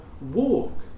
walk